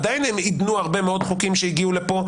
עדיין הם עידנו הרבה מאוד חוקים שהגיעו לפה,